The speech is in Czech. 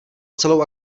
celou